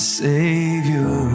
savior